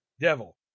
Devil